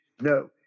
No